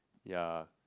ya